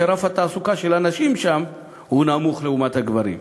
רף התעסוקה של הנשים שם הוא נמוך לעומת הגברים.